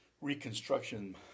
reconstruction